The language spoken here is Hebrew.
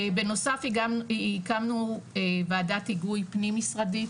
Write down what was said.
בנוסף הקמנו וועדת היגוי פנים משרדית,